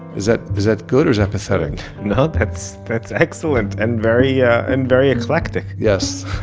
is that, is that good or is that pathetic? no, that's, that's excellent. and very yeah and very eclectic yes